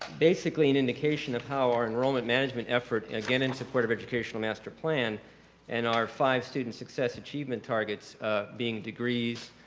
basically an indication of how our enrollment management effort again in support of educational master plan and our five students success achievement targets being degrees,